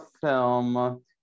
film